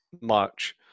March